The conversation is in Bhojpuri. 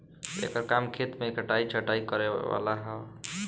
एकर काम खेत मे कटाइ छटाइ करे वाला ह